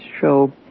show